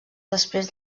després